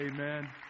Amen